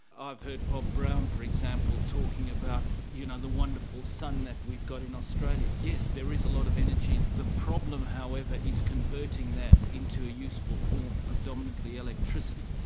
i've heard bob brown for example talking about you know the wonderful sun that we've got in australia. yes, there is a lot of energy, the problem however is converting that into a useful form predominantly electricity.